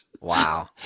Wow